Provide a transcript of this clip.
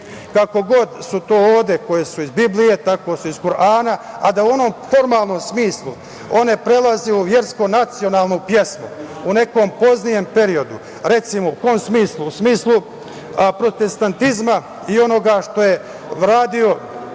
kako god su to ode koje su iz Biblije, tako i iz Kurana, a da u onom formalnom smislu one prelaze u versku nacionalnu pesmu u nekom poznijem periodu, recimo, u smislu protestantizma i onoga što je radio